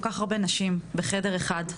כל כך הרבה נשים בחדר אחד,